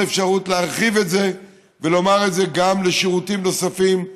אפשרות להרחיב את זה גם לשירותים נוספים.